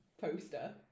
poster